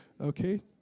Okay